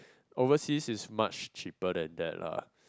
overseas is much cheaper than that lah